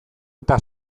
eta